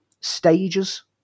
stages